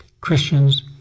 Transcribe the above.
Christians